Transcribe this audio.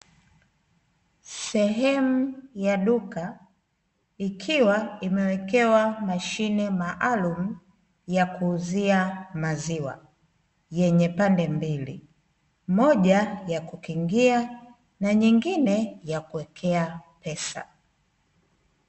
Sehemu ya duka ikiwa imewekewa mashine maalumu ya kuuzia maziwa, yenye pande mbili, moja ya kukingia na nyingine ya kuwekea pesa.